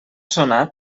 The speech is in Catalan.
sonat